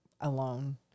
alone